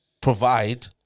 provide